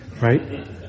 right